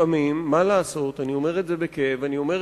שלפעמים, מה לעשות, אני אומר את זה בכאב ובצער,